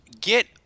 get